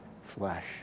flesh